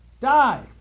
Die